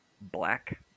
Black